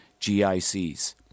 GICs